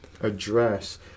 address